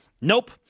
Nope